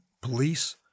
Police